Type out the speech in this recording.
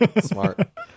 Smart